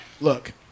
Look